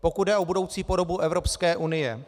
Pokud jde o budoucí podobu Evropské unie,